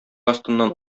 астыннан